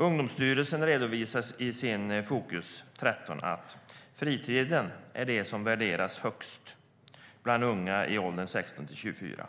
Ungdomsstyrelsen redovisar i sin rapport Fokus 13 att fritiden är det som värderas högst av unga i åldern 16-24 år.